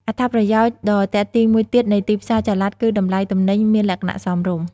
អត្ថប្រយោជន៍ដ៏ទាក់ទាញមួយទៀតនៃទីផ្សារចល័តគឺតម្លៃទំនិញមានលក្ខណៈសមរម្យ។